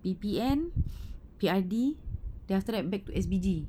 P_P_N P_R_D then after that back to S_B_D